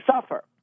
suffer